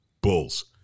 bulls